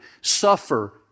suffer